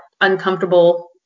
uncomfortable